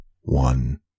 One